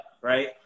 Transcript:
Right